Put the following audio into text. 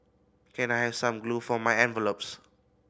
can I have some glue for my envelopes